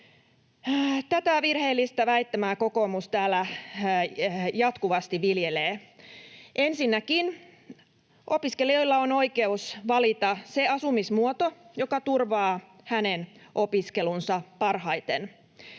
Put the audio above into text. Tätä virheellistä väittämää kokoomus täällä jatkuvasti viljelee. Ensinnäkin opiskelijalla on oikeus valita se asumismuoto, joka turvaa hänen opiskelunsa parhaiten,